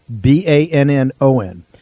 B-A-N-N-O-N